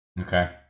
okay